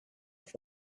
but